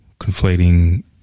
Conflating